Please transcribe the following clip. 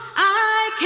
i